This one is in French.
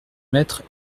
maître